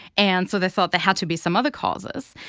and so they thought there had to be some other causes.